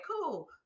Cool